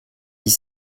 dix